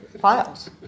files